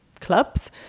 clubs